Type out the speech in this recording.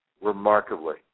remarkably